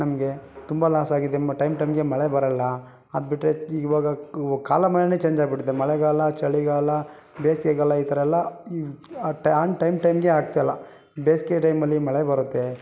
ನಮಗೆ ತುಂಬ ಲಾಸಾಗಿದೆ ಮ್ ಟೈಮ್ ಟೈಮ್ಗೆ ಮಳೆ ಬರೋಲ್ಲ ಅದುಬಿಟ್ರೆ ಈವಾಗ ಕಾಲಮಾನವೇ ಚೇಂಜಾಗಿಬಿಟ್ಟಿದೆ ಮಳೆಗಾಲ ಚಳಿಗಾಲ ಬೇಸಿಗೆಗಾಲ ಈ ಥರಯೆಲ್ಲ ಆನ್ ಟೈಮ್ ಟೈಮ್ಗೆ ಆಗ್ತಾ ಇಲ್ಲ ಬೇಸಿಗೆ ಟೈಮಲ್ಲಿ ಮಳೆ ಬರುತ್ತೆ